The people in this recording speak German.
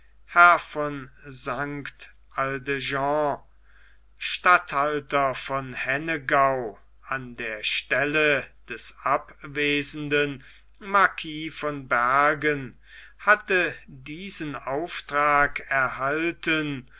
herr von st aldegonde statthalter von hennegau an der stelle des abwesenden marquis von bergen hatte diesen auftrag erhalten